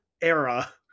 era